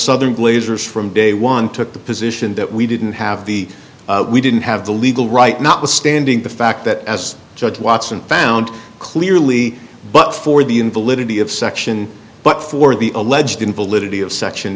southern glazers from day one took the position that we didn't have the we didn't have the legal right notwithstanding the fact that as judge watson found clearly but for the invalidity of section but for the alleged invalidity of section